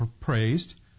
praised